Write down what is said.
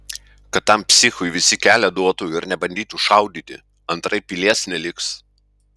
kad tam psichui visi kelią duotų ir nebandytų šaudyti antraip pilies neliks